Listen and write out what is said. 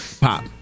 pop